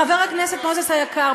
חבר הכנסת מוזס היקר,